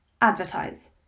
advertise